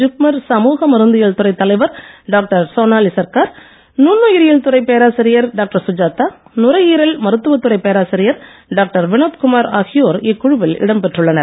ஜிப்மர் சமூக மருந்தியல் துறை தலைவர் டாக்டர் சோனாலி சர்க்கார் நுண்ணுயிரியல் துறை பேராசிரியர் டாக்டர் சுஜாதா நுரையீரல் மருத்துவத் துறை பேராசிரியர் டாக்டர் வினோத்குமார் ஆகியோர் இக்குழுவில் இடம் பெற்றுள்ளனர்